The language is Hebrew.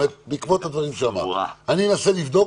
אני אנסה לבדוק,